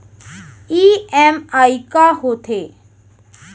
EMI का होथे?